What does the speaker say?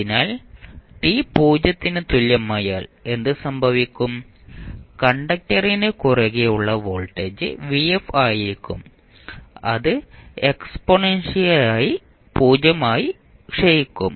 അതിനാൽ ഇപ്പോൾ t 0 ന് തുല്യമായാൽ എന്ത് സംഭവിക്കും കണ്ടക്ടറിന് കുറുകെയുള്ള വോൾട്ടേജ് vf ആയിരിക്കും അത് എക്സ്പോണൻസിയായി 0 ആയി ക്ഷയിക്കും